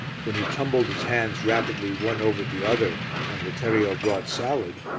when he tumbled his hands rapidly one over the other and letterio brought salad,